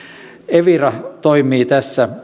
evira toimii tässä